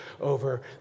over